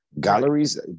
Galleries